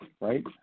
right